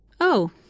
Oh